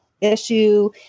issue